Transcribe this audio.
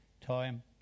time